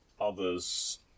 Others